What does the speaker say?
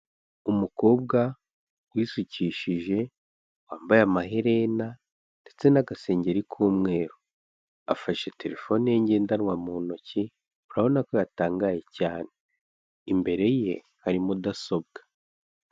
Umukobwa wisukishije, wambaye amaherena ndetse n'agasengeri k'umweru. Afashe terefone ye ngendanwa mu ntoki, urabona ko yatangaye cyane. Imbere ye hari mudasobwa.